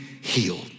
healed